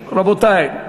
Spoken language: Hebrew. רבותי,